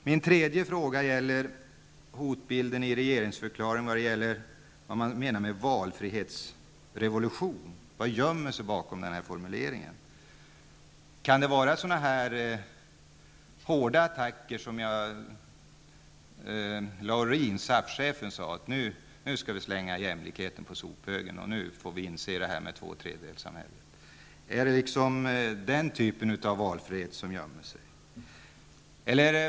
Den tredje hotbilden i regeringsförklaringen gäller valfrihetsrevolutionen. Vad gömmer sig bakom den formuleringen? Kan det vara sådana hårda attacker som när SAF-chefen Laurin sade att jämlikheten nu skall slängas på sophögen och att vi får inse att tvåtredjedelssamhället är här. Är det den typen av valfrihet som avses?